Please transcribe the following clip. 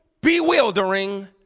bewildering